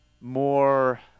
more